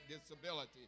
disability